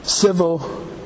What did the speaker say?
civil